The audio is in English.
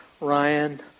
Ryan